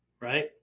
right